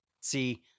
See